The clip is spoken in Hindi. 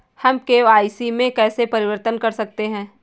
हम के.वाई.सी में कैसे परिवर्तन कर सकते हैं?